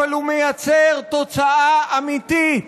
אבל הוא מייצר תוצאה אמיתית.